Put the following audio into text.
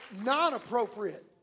non-appropriate